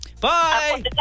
Bye